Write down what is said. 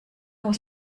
muss